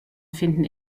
finden